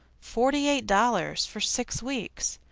forty-eight dollars for six weeks!